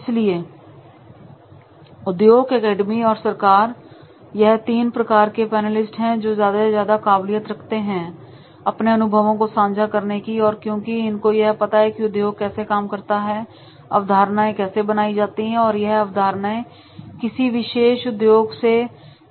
इसलिए उद्योग एकेडमी और सरकार यह तीन प्रकार के पैनलिस्ट हैं जो कि ज्यादा से ज्यादा काबिलियत रखते हैं अपने अनुभवों को सांझा करने की क्योंकि इनको यह पता है की उद्योग कैसे काम करते हैं अवधारणाएं कैसे बनाई जाती हैं और यह अवधारणाएं किसी विशेष उद्योग से